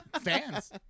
Fans